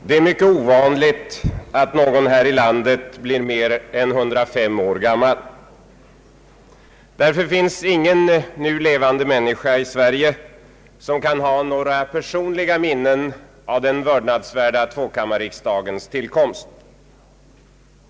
Herr talman! Det är mycket ovanligt att någon här i landet blir mer än 105 år gammal. Därför finns det ingen nu levande människa i Sverige som kan ha några personliga minnen av den vördnadsvärda <tvåkammarriksdagens tillkomst.